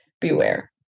beware